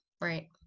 right